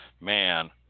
Man